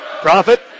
Profit